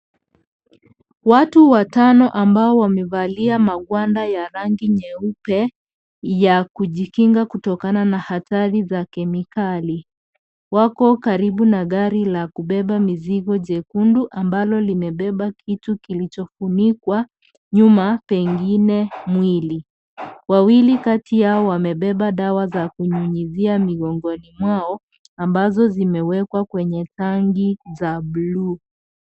Watu watano ambao wamevali amgwanda ya rangi nyeupe ya kujikinga kutokana na athari za kemikali wako karibu na gari la kubeba mizigo jekundu ambalo limebeba kitu kilichofunikwa nyuma, pengine mwili. Wawili kati yao wamebeba dawa za kunyunyizia migongoni mwao ambazo zimewekwa kwenye tanki za buluu.